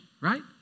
right